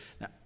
Now